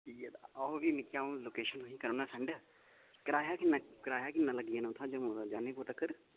ठीक ऐ तां आओ फ्ही मिकी अ'ऊं लोकेशन तुसेंगी करना सैंड कराया किन्ना कराया किन्ना लग्गी जाना उत्थूं जम्मू दा जानीपुर तक्कर